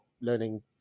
learning